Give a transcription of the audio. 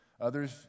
Others